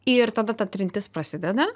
ir tada ta trintis prasideda